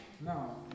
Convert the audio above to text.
No